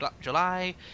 July